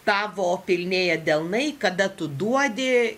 tavo pilnėja delnai kada tu duodi